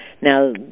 Now